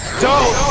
go